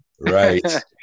Right